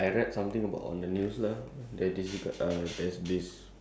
actually I don't really have some any crazy incidents ah